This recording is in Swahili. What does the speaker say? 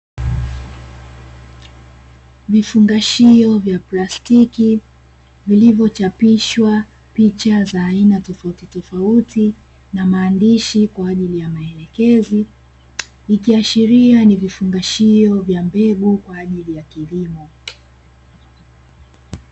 Vifungashio vya plastiki vilivyochapishwa picha za aina tofauti tofauti na maandishi kwa nji ya maelekezo, ikiashiria ni vifungashio vya mbegu kwa ajili ya kilimo.